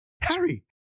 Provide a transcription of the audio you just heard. Harry